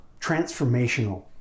transformational